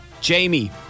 Jamie